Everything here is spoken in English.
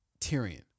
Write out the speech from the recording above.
Tyrion